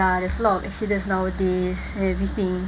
there's a lot of accidents nowadays everything